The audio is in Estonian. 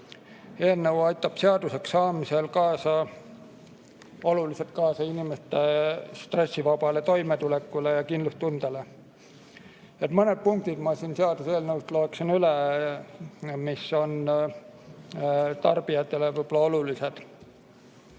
Eelnõu aitab seaduseks saamisel oluliselt kaasa inimeste stressivabale toimetulekule ja kindlustundele. Mõned punktid ma siit seaduseelnõust loeksin ette, mis on tarbijatele võib-olla olulised.